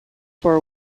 for